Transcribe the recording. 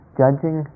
judging